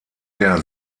der